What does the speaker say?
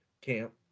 camp